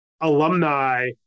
alumni